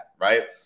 right